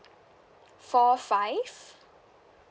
four five